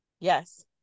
Yes